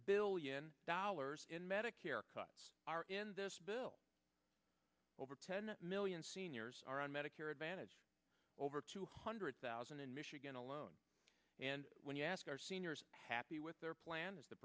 billion dollars in medicare cuts are in this bill over ten million seniors are on medicare advantage over two hundred thousand in michigan alone and when you ask are seniors happy with their plan as the